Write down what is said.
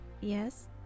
yes